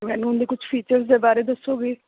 ਕੁਝ ਫੀਚਰ ਦੇ ਬਾਰੇ ਦੱਸੋਗੇ